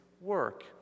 work